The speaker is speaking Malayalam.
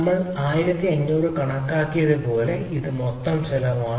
നമ്മൾ 1500 കണക്കാക്കിയതുപോലെ ഇത് മൊത്തം ചെലവാണ്